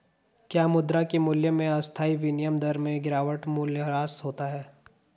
क्या मुद्रा के मूल्य में अस्थायी विनिमय दर में गिरावट मूल्यह्रास होता है?